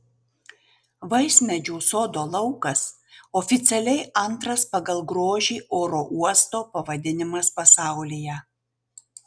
vaismedžių sodo laukas oficialiai antras pagal grožį oro uosto pavadinimas pasaulyje